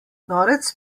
norec